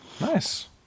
Nice